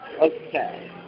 Okay